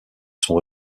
sont